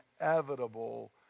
inevitable